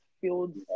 fields